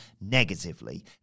negatively